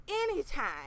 anytime